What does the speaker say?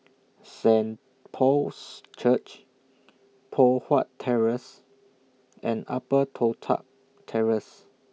Saint Paul's Church Poh Huat Terrace and Upper Toh Tuck Terrace